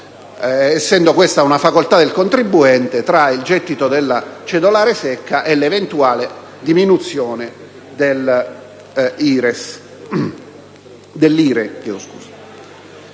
essendo questa una facoltà del contribuente, tra il gettito della cedolare secca e l'eventuale diminuzione dell'IRE.